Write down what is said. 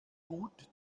gut